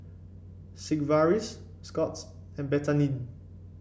Sigvaris Scott's and Betadine